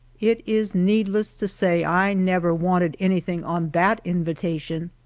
it is needless to say i never wanted anything on that invitation.